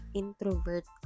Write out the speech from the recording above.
introvert